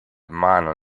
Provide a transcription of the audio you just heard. mano